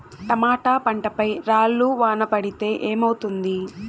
Tomato పంట పై రాళ్లు వాన పడితే ఏమవుతుంది?